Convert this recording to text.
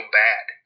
bad